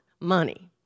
money